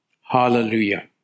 Hallelujah